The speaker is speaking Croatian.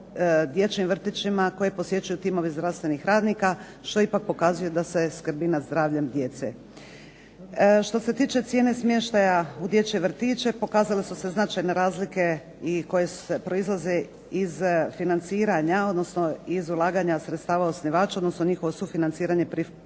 dječjim vrtićima koje posjećuju timovi zdravstvenih radnika što ipak pokazuje da se skrbi nad zdravljem djece. Što se tiče cijene smještaja u dječje vrtiće pokazale su se značajne razlike i koje proizlaze iz financiranja odnosno iz ulaganja sredstava osnivača odnosno njihovo sufinanciranje pri formiranju